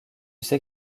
sais